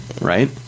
Right